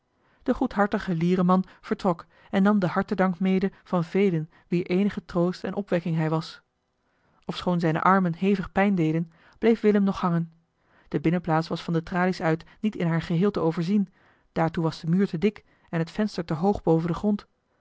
de goedhartige liereman vertrok en nam den hartedank mede van velen wier eenige troost en opwekking hij was ofschoon zijne armen hevig pijn deden bleef willem nog hangen de binnenplaats was van de tralies uit niet in haar geheel te overzien daartoe was de muur te dik en het venster te hoog boven den grond